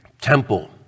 temple